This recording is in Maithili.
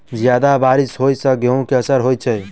जियादा बारिश होइ सऽ गेंहूँ केँ असर होइ छै?